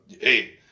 Hey